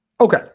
Okay